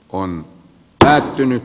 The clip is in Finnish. on päätynyt